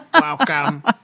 Welcome